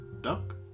Duck